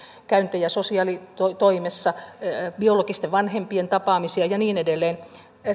käyntejä sosiaalitoimessa biologisten vanhempien tapaamisia ja niin edelleen